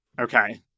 Okay